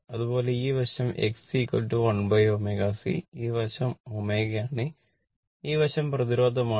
അതുപോലെ ഈ വശം XC1ω C ഈ വശം ω ആണ് ഈ വശം പ്രതിരോധമാണ്